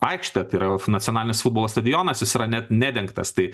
aikštę tai yra nacionalinis futbolo stadionas jis yra net nedengtas tai